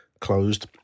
closed